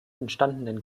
entstandenen